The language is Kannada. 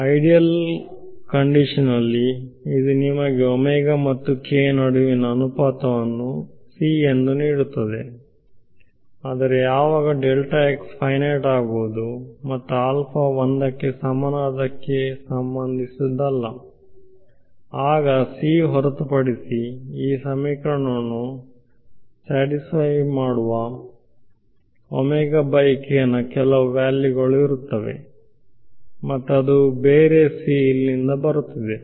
ಆದರ್ಶ ಸಂದರ್ಭದಲ್ಲಿ ಅದು ನಿಮಗೆ ಮತ್ತು ಕೆ ನಡುವಿನ ಅನುಪಾತವನ್ನು c ಎಂದು ನೀಡುತ್ತಿದೆ ಆದರೆ ಯಾವಾಗ ಫೈನೈಟ್ ಆಗುವುದು ಮತ್ತು ಆಲ್ಫಾ 1 ಕ್ಕೆ ಸಮನಾದಕ್ಕೆ ಸಂಬಂಧಿಸಿಲ್ಲ ಆಗ ಸಿ ಹೊರತುಪಡಿಸಿ ಈ ಸಮೀಕರಣವನ್ನು ತೃಪ್ತಿಪಡಿಸುವ ನ ಕೆಲವು ವ್ಯಾಲ್ಯೂ ಗಳು ಇರುತ್ತವೆ ಮತ್ತು ಅದು ಬೇರೆ c ಇಲ್ಲಿಂದ ಬರುತ್ತಿದೆ